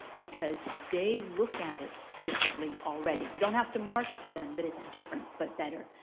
because they look at it differently already. you don't have to market to them that it's different, but better.